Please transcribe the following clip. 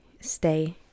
Stay